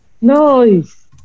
Nice